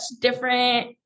different